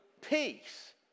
peace